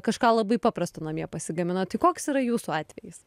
kažką labai paprasto namie pasigamina tai koks yra jūsų atvejis